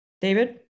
David